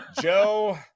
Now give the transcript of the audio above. joe